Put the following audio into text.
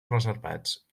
reservats